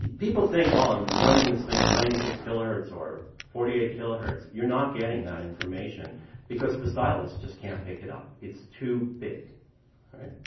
people think, well, i'm running this thing at ninety six kilohertz or forty eight kilohertz you're not getting that information because the stylus just can't pick it up. it's too big, all right.